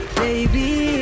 baby